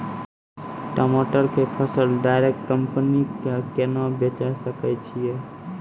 टमाटर के फसल डायरेक्ट कंपनी के केना बेचे सकय छियै?